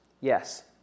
Yes